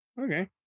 Okay